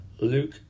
Luke